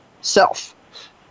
self